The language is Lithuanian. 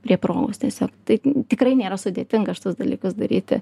prie progos tiesiog tai tikrai nėra sudėtinga šituos dalykus daryti